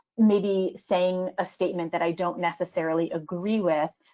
maybe saying a statement that i don't necessarily agree with,